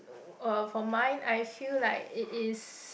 uh for mine I feel like it is